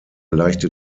leichte